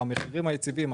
מחירים יציבים,